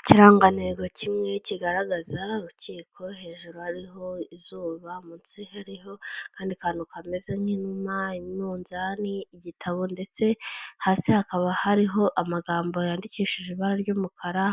Ikirangantego kimwe, kigaragaza urukiko, hejuru hariho izuba, munsi hariho akandi kantu kameze nk'inuma, umunzani, igitabo, ndetse hasi hakaba hariho amagambo yandikishije ibara ry'umukara,